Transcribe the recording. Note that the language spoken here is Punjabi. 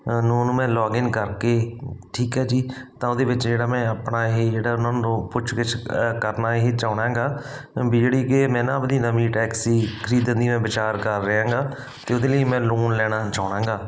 ਨੂਨ ਮੈਂ ਲੋਗਿਨ ਕਰਕੇ ਠੀਕ ਹੈ ਜੀ ਤਾਂ ਉਹਦੇ ਵਿੱਚ ਜਿਹੜਾ ਮੈਂ ਆਪਣਾ ਇਹ ਜਿਹੜਾ ਉਹਨਾਂ ਨੂੰ ਪੁੱਛ ਗਿੱਛ ਕਰਨਾ ਇਹ ਚਾਹੁੰਨਾ ਗਾ ਵੀ ਜਿਹੜੀ ਕਿ ਮੈਂ ਨਾ ਆਪਣੀ ਨਵੀਂ ਟੈਕਸੀ ਖਰੀਦਣ ਦੀ ਮੈਂ ਵਿਚਾਰ ਕਰ ਰਿਹਾ ਹੈਗਾ ਅਤੇ ਉਹਦੇ ਲਈ ਮੈਂ ਲੋਨ ਲੈਣਾ ਚਾਹੁੰਨਾ ਗਾ